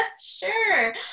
Sure